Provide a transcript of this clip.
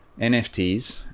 NFTs